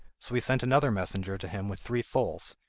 so he sent another messenger to him with three foals,